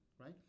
right